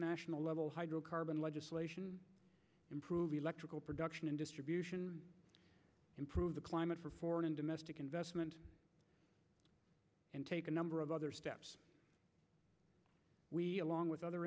level hydrocarbon legislation improving electrical production and distribution improve the climate for foreign and domestic investment and take a number of other steps along with other